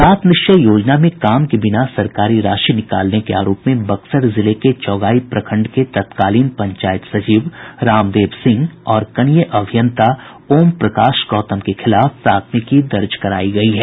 सात निश्चय योजना में काम के बिना सरकारी राशि निकालने के आरोप में बक्सर जिले के चौगाईं प्रखंड के तत्कालीन पंचायत सचिव रामदेव सिंह और कनीय अभियंता ओम प्रकाश गौतम के खिलाफ प्राथमिकी दर्ज करायी गयी है